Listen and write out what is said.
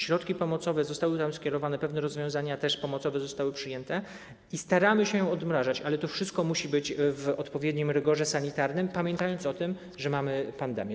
Środki pomocowe zostały tam skierowane, pewne rozwiązania pomocowe zostały przyjęte i staramy się ją odmrażać, ale to wszystko musi być w odpowiednim rygorze sanitarnym, musimy pamiętać o tym, że mamy pandemię.